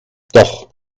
doch